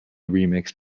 remixed